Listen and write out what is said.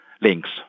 links